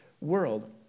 world